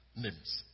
names